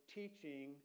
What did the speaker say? teaching